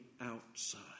outside